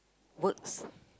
works